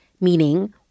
meaning